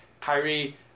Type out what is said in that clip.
Kyrie